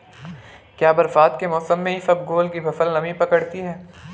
क्या बरसात के मौसम में इसबगोल की फसल नमी पकड़ती है?